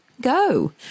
go